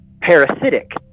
parasitic